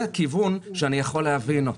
כיוון שאני יכול להבין אותו.